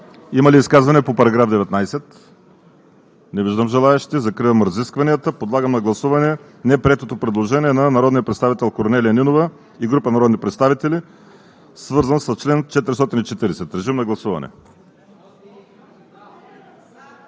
Има ли изказвания по § 19? Не виждам желаещи. Закривам разискванията. Подлагам на гласуване неприетото предложение на народния представител Корнелия Нинова и група народни представители, свързано с чл. 440. Гласували